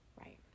Right